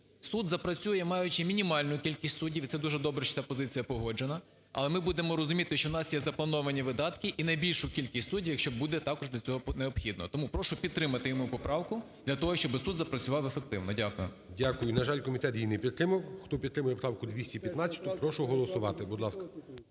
Суд запрацює, маючи мінімальну кількість суддів і це дуже добре, що ця позиція погоджена. Але ми будемо розуміти, що на це заплановані видатки і на більшу кількість суддів, якщо буде також для цього необхідно. Тому прошу підтримати і мою поправку для того, щоби суд запрацював ефективно. Дякую. ГОЛОВУЮЧИЙ. Дякую. На жаль, комітет її не підтримав. Хто підтримує правку 215, прошу голосувати, будь ласка.